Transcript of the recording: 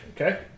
Okay